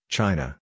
China